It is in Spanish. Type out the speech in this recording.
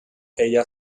ella